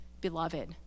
Beloved